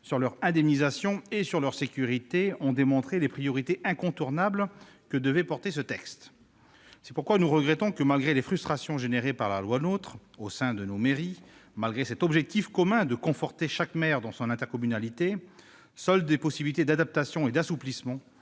sur leur indemnisation et sur leur sécurité ont démontré les priorités incontournables que devait exprimer ce texte. C'est pourquoi nous regrettons que, malgré les frustrations générées par la loi NOTRe au sein de nos mairies, malgré cet objectif commun de « conforter chaque maire dans son intercommunalité », seules des possibilités d'adaptations ou d'assouplissements,